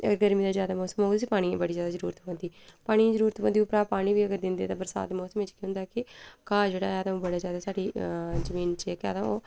ते अगर गर्म मौसम होग उसी पानी दी बड़ी जादा जरूरत पौंदी पानी दी जरूरत पौंदी उप्परां पानी बी अगर दिंदे ते बरसात दे मौसम च केह् होंदा कि घाऽ जेह्ड़ा ऐ ते ओह् बड़ा जैदा साढ़ी जमीन च जेह्का ऐ ते ओह्